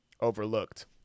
overlooked